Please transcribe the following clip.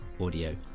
audio